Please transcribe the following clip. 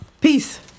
Peace